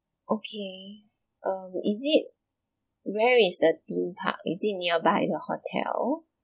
okay um is it where is the theme park is it nearby the hotel